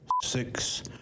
six